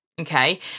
Okay